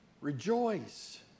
Rejoice